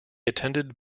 attended